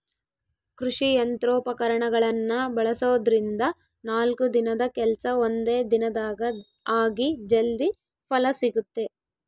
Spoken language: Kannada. ಕೃಷಿ ಯಂತ್ರೋಪಕರಣಗಳನ್ನ ಬಳಸೋದ್ರಿಂದ ನಾಲ್ಕು ದಿನದ ಕೆಲ್ಸ ಒಂದೇ ದಿನದಾಗ ಆಗಿ ಜಲ್ದಿ ಫಲ ಸಿಗುತ್ತೆ